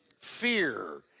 fear